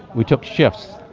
we took shifts.